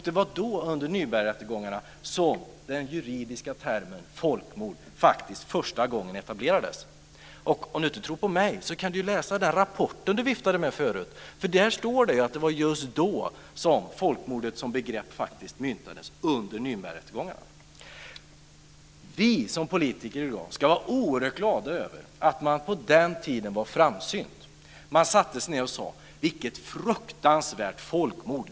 Det var då, under Nürnbergrättegångarna, som den juridiska termen folkmord för första gången etablerades. Om Murad Artin inte tror på mig kan han läsa den rapport han viftade med förut. Där står det att det var just då som folkmordsbegreppet faktiskt myntades, dvs. under Nürnbergrättegångarna. Vi politiker i dag ska vara oerhört glada över att man på den tiden var så framsynt. Man satte sig ned och sade: Vilket fruktansvärt folkmord!